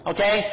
Okay